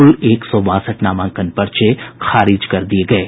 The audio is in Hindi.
कुल एक सौ बासठ नामांकन पर्चे खारिज कर दिये गये